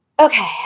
Okay